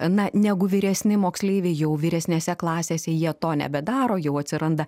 na negu vyresni moksleiviai jau vyresnėse klasėse jie to nebedaro jau atsiranda